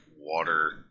water